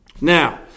Now